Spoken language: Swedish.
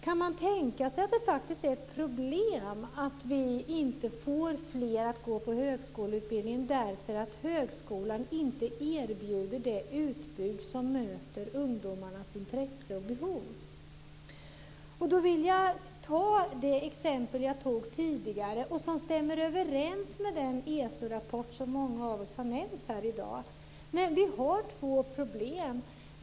Kan man tänka sig att det faktiskt är ett problem att vi inte får fler att skaffa sig högskoleutbildning därför att högskolan inte erbjuder det utbud som möter ungdomarnas intresse och behov? Jag vill ta det exempel jag tog tidigare, som stämmer överens med den ESO-rapport som många av oss har nämnt i dag. Men vi har två problem.